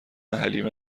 حلیمه